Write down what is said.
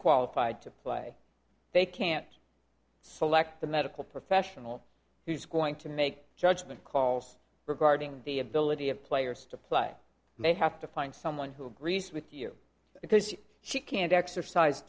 qualified to play they can't select the medical professional who's going to make judgment calls regarding the ability of players to play and they have to find someone who agrees with you because she can't exercise